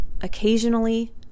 Occasionally